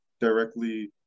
directly